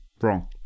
wrong